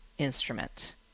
instrument